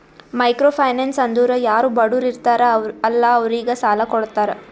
micro finance ಅಂದುರ್ ಯಾರು ಬಡುರ್ ಇರ್ತಾರ ಅಲ್ಲಾ ಅವ್ರಿಗ ಸಾಲ ಕೊಡ್ತಾರ್